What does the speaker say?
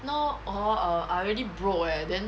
now hor err I really broke eh then